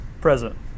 present